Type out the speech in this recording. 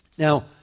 Now